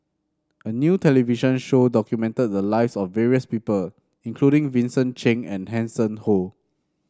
a new television show documented the lives of various people including Vincent Cheng and Hanson Ho